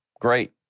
Great